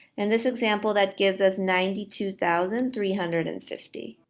and this example that gives us ninety two thousand three hundred and fifty.